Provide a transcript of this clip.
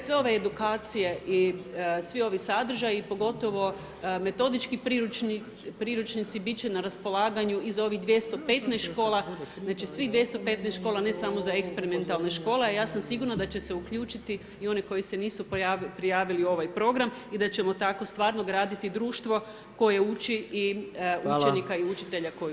Sve ove edukacije i svi ovi sadržaji, pogotovo metodički priručnici biti će na raspolaganju i za ovih 215 škola, znači svih 215 škola, ne samo za eksperimentalne škole a ja sam sigurna da će se uključiti i oni koji se nisu prijavili u ovaj program i da ćemo tako stvarno graditi društvo koje uči i učenika i učitelja koji uči.